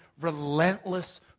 relentless